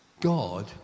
God